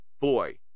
Boy